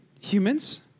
humans